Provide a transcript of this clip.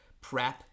prep